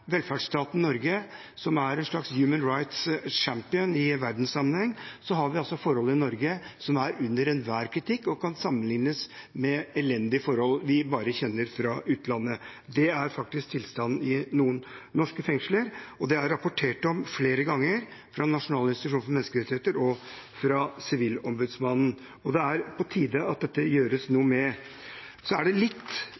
velferdsstaten Norge, som er en slags «human rights champion» i verdenssammenheng, har vi altså forhold som er under enhver kritikk, og som kan sammenlignes med elendige forhold vi bare kjenner fra utlandet. Det er faktisk tilstanden i noen norske fengsler, og det er det rapportert om flere ganger fra Norges institusjon for menneskerettigheter og fra Sivilombudsmannen. Det er på tide at dette gjøres